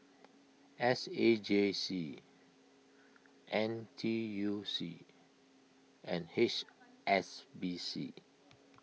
S A J C N T U C and H S B C